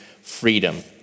freedom